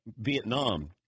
Vietnam